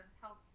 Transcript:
help